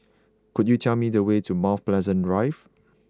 could you tell me the way to Mount Pleasant Drive